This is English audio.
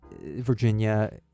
Virginia